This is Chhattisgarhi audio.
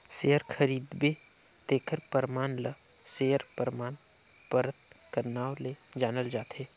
सेयर खरीदबे तेखर परमान ल सेयर परमान पतर कर नांव ले जानल जाथे